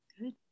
Good